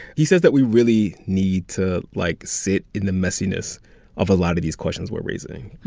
he says that we really need to, like, sit in the messiness of a lot of these questions we're raising.